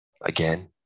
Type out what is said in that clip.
Again